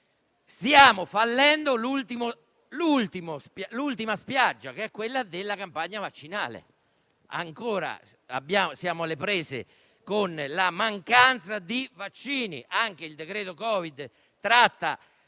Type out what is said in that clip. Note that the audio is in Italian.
Stiamo fallendo nell'ultima spiaggia, che è quella della campagna vaccinale. Siamo ancora alle prese con la mancanza di vaccini. Anche il decreto Covid tratta